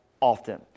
often